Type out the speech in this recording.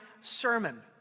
sermon